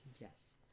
yes